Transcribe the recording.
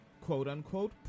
quote-unquote